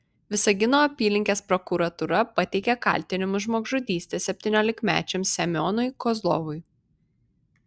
visagino apylinkės prokuratūra pateikė kaltinimus žmogžudyste septyniolikmečiam semionui kozlovui